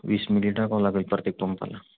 वीस मिली टाकावं लागेल प्रत्येक पम्पाला